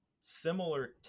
similar